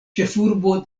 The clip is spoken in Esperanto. ĉefurbo